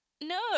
no